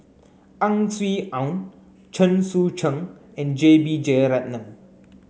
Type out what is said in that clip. Ang Swee Aun Chen Sucheng and J B Jeyaretnam